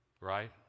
Right